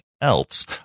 else